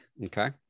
Okay